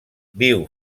viu